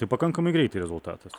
tai pakankamai greitai rezultatas